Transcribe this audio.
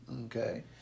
Okay